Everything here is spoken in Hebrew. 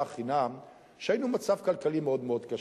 חינם כשהיינו במצב כלכלי מאוד מאוד קשה.